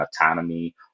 autonomy